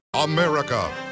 America